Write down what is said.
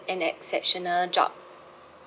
an exceptional job